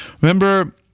remember